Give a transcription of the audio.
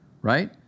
right